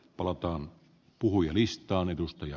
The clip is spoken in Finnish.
palautan puhujalistan edustaja